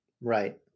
Right